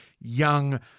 young